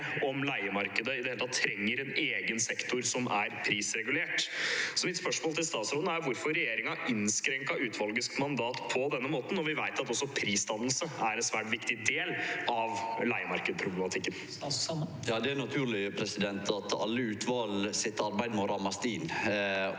om leiemarkedet i det hele tatt trenger en egen sektor som er prisregulert. Mitt spørsmål til statsråden er hvorfor regjeringen innskrenket utvalgets mandat på denne måten, når vi vet at også prisdannelse er en svært viktig del av leiemarkedsproblematikken. Statsråd Erling Sande Det er naturleg at alle utval sitt arbeid må rammast inn.